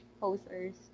posters